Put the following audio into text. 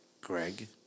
Greg